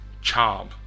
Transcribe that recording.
charm